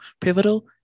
pivotal